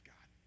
God